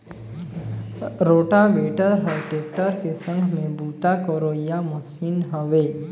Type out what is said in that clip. rotavator हर tractor के संघ में बूता करोइया मसीन हवे